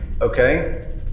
okay